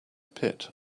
pit